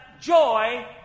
joy